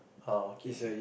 oh okay